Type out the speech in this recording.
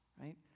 right